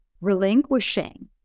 relinquishing